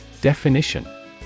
Definition